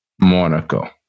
Monaco